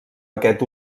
aquest